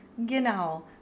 genau